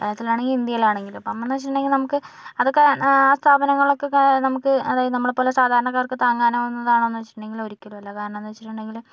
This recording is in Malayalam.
കേരളത്തിലാണെങ്കിൽ ഇന്ത്യയിലാണെങ്കിലും ഇപ്പം നമ്മളെന്ന് വെച്ചിട്ടുണ്ടെങ്കിൽ നമ്മ്ക്ക് അതൊക്കെ ആ സ്ഥാപനങ്ങളൊക്കെ നമ്മുക്ക് അതായത് നമ്മളെപ്പോലെ സാധാരണക്കാർക്ക് താങ്ങാനാവുന്നതാണോന്ന് വെച്ചിട്ടുണ്ടെങ്കില് ഒരിക്കലുവല്ല കാരണംന്ന് വെച്ചിട്ടുണ്ടെങ്കില്